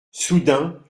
soudain